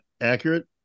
accurate